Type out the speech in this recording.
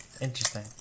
interesting